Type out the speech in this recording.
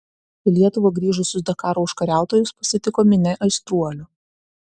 į lietuvą grįžusius dakaro užkariautojus pasitiko minia aistruolių